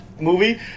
movie